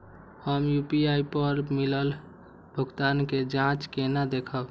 हम यू.पी.आई पर मिलल भुगतान के जाँच केना देखब?